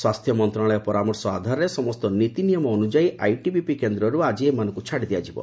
ସ୍ୱାସ୍ଥ୍ୟ ମନ୍ତ୍ରଣାଳୟର ପରାମର୍ଶ ଆଧାରରେ ସମସ୍ତ ନୀତିନିୟମ ଅନୁଯାଇ ଆଇଟିବିପି କେନ୍ଦ୍ରରୁ ଆଜି ଅପରାହୁରୁ ଏମାନଙ୍କୁ ଛାଡି ଦିଆଯିବ